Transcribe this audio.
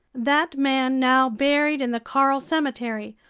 that man now buried in the coral cemetery,